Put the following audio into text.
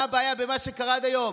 מה הבעיה במה שקרה עד היום?